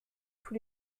tous